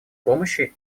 помощи